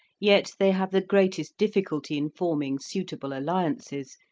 yet they have the greatest difficulty in forming suitable alliances,